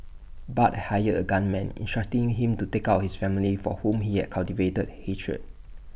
Bart hired A gunman instructing him to take out his family for whom he had cultivated hatred